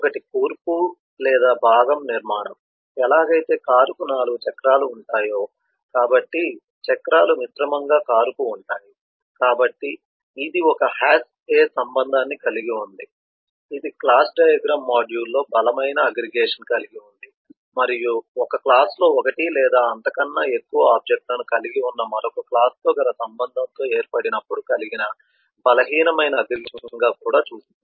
ఒకటి కూర్పు లేదా భాగం నిర్మాణం ఎలాగైతే కారుకు 4 చక్రాలు ఉంటాయో కాబట్టి చక్రాలు మిశ్రమంగా కారుకు ఉంటాయి కాబట్టి ఇది ఒక has a సంబంధాన్ని కలిగి ఉంది ఇది క్లాస్ డయాగ్రమ్ మాడ్యూల్లో బలమైన అగ్రిగేషన్ ను కలిగి ఉంది మరియు ఒక క్లాస్ లో ఒకటి లేదా అంతకన్నా ఎక్కువ ఆబ్జెక్టులను కలిగి ఉన్న మరొక క్లాస్తో గల సంబంధంతో ఏర్పడినప్పుడు కలిగిన బలహీనమైన అగ్రిగేషన్ను కూడా చూశాము